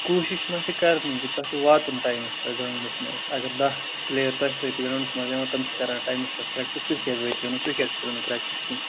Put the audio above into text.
کوٗشِش ما چھِ کَرنی تۄہہِ چھُ واتُن ٹایمَس پیٚٹھ گراوُنٛڈَس مَنٛز اَگَر داہ پٕلیر تۄہہِ سۭتۍ چھِ گراوُنٛڈَس مَنٛز یِوان تٕم چھِ کَران ٹایمَس پیٚٹھ پریٚکٹِس تُہۍ کیٛاز وٲتِو نہٕ تُہۍ کیٛاز کٔرِو نہٕ پریٚکٹِس کیٚنٛہہ